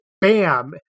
bam